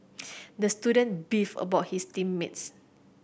the student beefed about his team mates